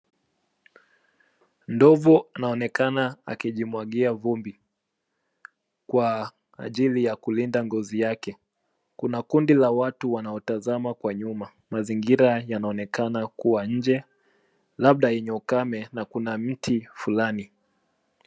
Ndovu anaonekana akijimwagia vumbi kwa ajili ya kulinda ngozi yake. Kuna kundi la watu wanaotazama kwa nyuma. Mazingira yanaonekana kuwa nje, labda yenye ukame na kuna mti fulani.